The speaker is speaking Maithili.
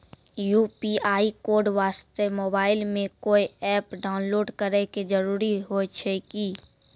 यु.पी.आई कोड वास्ते मोबाइल मे कोय एप्प डाउनलोड करे के जरूरी होय छै की?